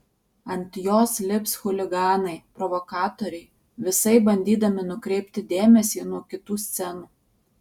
ant jos lips chuliganai provokatoriai visaip bandydami nukreipti dėmesį nuo kitų scenų